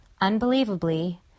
unbelievably